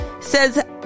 says